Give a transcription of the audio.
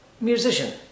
Musician